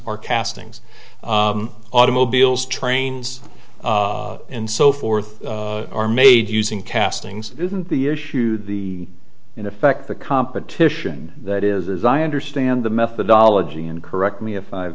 are castings automobiles trains and so forth are made using castings isn't the issue the in effect the competition that is as i understand the methodology and correct me if i